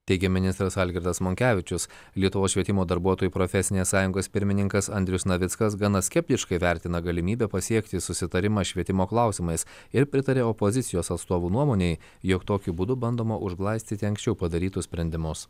teigė ministras algirdas monkevičius lietuvos švietimo darbuotojų profesinės sąjungos pirmininkas andrius navickas gana skeptiškai vertina galimybę pasiekti susitarimą švietimo klausimais ir pritarė opozicijos atstovų nuomonei jog tokiu būdu bandoma užglaistyti anksčiau padarytus sprendimus